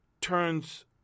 turns